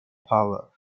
power